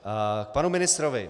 K panu ministrovi.